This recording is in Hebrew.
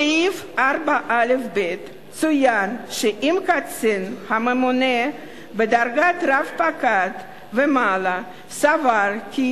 בסעיף 4א(ב) צוין שאם קצין ממונה בדרגת רב-פקד ומעלה סבר כי